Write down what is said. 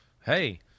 hey